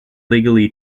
legally